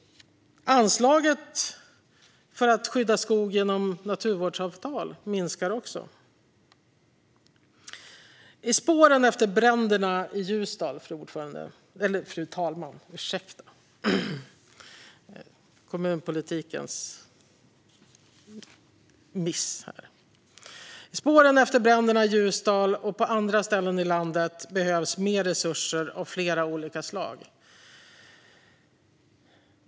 Anslaget för att skydda skog genom naturvårdsavtal minskar också. Fru talman! I spåren efter bränderna i Ljusdal och på andra ställen i landet behövs mer resurser av flera olika slag.